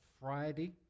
Friday